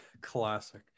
classic